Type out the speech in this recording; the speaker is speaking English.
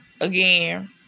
Again